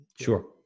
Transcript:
Sure